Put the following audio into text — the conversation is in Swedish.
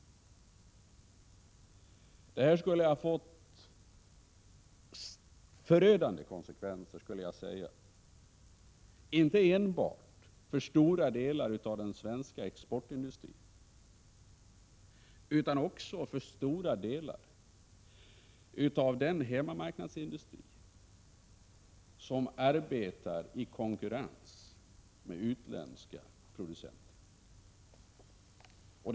Det skulle ha fått förödande konsekvenser inte enbart för stora delar av den svenska exportindustrin utan också för stora delar av den hemmamarknadsindustri som arbetar i konkurrens med utländska producenter.